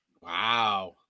Wow